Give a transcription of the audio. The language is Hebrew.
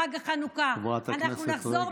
חג החנוכה, תודה, חברת הכנסת רגב.